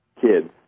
kids